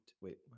wait